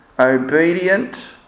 Obedient